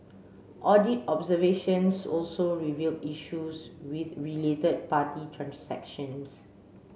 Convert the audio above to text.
audit observations also revealed issues with related party transactions